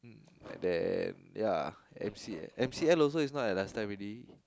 and then ya M_C M_C M is also not like last time already